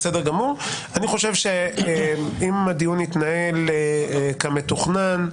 אני חושב שאם הדיון יתנהל כמתוכנן,